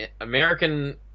American